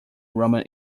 roman